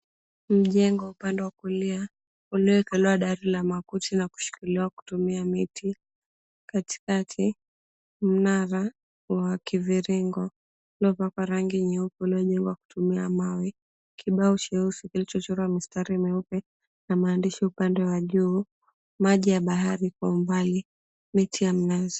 Mjengo upande wa kulia uliowekelewa dari la makuti na kushikiliwa kutumia miti katikati mnara wa kivingo lopa kwa rangi nyeupe ulijengwa kutumia mawe. Kibao cheusi kilichochorwa mistari meupe na maandishi upande wa juu, maji ya bahari kwa umbali, miti ya mnazi.